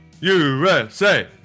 USA